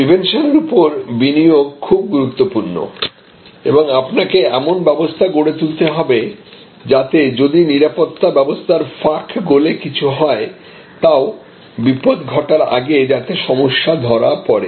prevention এর উপর বিনিয়োগ খুব গুরুত্বপূর্ণ এবং আপনাকে এমন ব্যবস্থা গড়ে তুলতে হবে যাতে যদি নিরাপত্তা ব্যবস্থার ফাঁক গলে কিছু হয় তাও বিপদ ঘটার আগে যাতে সমস্যা ধরা পড়ে